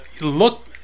look